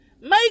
Make